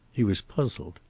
he was puzzled.